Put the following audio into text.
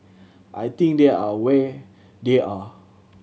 I think they are away they are